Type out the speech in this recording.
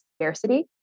scarcity